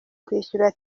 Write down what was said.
kwishyura